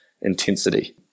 intensity